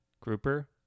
grouper